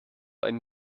einen